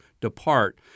depart